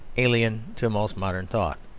alien to most modern thought,